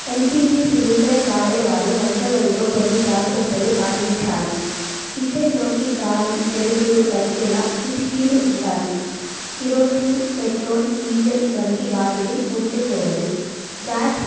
LPG cylinder వాడేవారు వంటగదిలో కొన్ని జాగ్రత్తలు పాటించాలి కిచెన్ లోకి గాలి వెలుతురు వచ్చేలా కిటికీలు ఉండాలి కిరోసిన్ పెట్రోల్ డీజెల్ వంటి వాటిని ఉంచకూడదు గ్యాస్